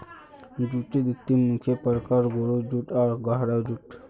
जूटेर दिता मुख्य प्रकार, गोरो जूट आर गहरा जूट